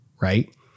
right